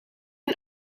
een